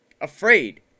afraid